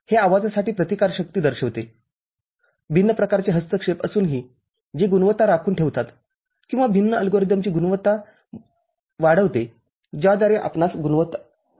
हे आवाजासाठी प्रतिकारशक्ती दर्शविते भिन्न प्रकारचे हस्तक्षेप असूनही जे गुणवत्ता राखून ठेवतात किंवा भिन्न अल्गोरिदमची गुणवत्ता वापरुन वाढवते ज्याद्वारे आपण गुणवत्ता वाढवू शकता